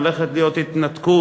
הולכת להיות התנתקות,